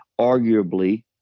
arguably